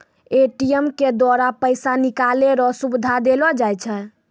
ATM के द्वारा पैसा निकालै रो सुविधा देलो जाय छै